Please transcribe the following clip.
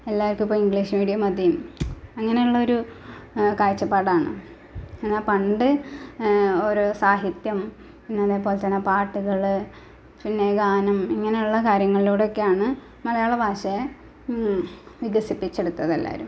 എല്ലാവര്ക്കും ഇപ്പോൾ English medium മതി അങ്ങനെയുള്ള ഒരു കാഴ്ചപ്പാടാണ് എന്നാൽ പണ്ട് ഓരോ സാഹിത്യം അതേപോലെ തന്നെ പാട്ടുകൾ പിന്നെ ഗാനം ഇങ്ങനെയുള്ള കാര്യങ്ങളിലൂടെയൊക്കെയാണ് മലയാള ഭാഷയെ വികസിപ്പിച്ചെടുത്തത് എല്ലാവരും